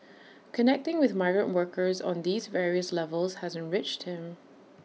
connecting with migrant workers on these various levels has enriched him